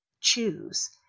choose